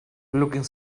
looking